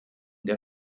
der